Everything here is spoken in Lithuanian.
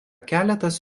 keletas